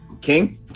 King